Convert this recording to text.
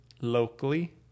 locally